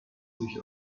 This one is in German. sich